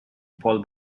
paul